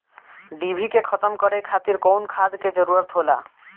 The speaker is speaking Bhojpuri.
डिभी के खत्म करे खातीर कउन खाद के जरूरत होला?